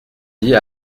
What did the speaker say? dit